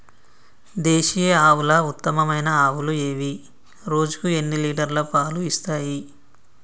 దేశీయ ఆవుల ఉత్తమమైన ఆవులు ఏవి? రోజుకు ఎన్ని లీటర్ల పాలు ఇస్తాయి?